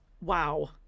Wow